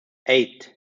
eight